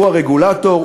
הוא הרגולטור,